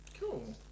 Cool